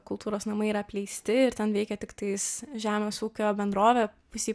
kultūros namai yra apleisti ir ten veikia tiktais žemės ūkio bendrovė pusėj